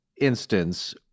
instance